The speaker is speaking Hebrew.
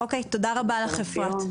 אוקיי, תודה רבה לך אפרת.